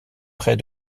près